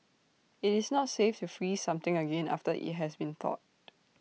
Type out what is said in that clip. IT is not safe to freeze something again after IT has been thawed